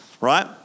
right